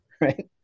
right